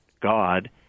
God